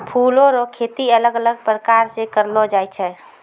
फूलो रो खेती अलग अलग प्रकार से करलो जाय छै